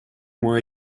мой